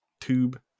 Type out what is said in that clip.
tube